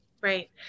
Right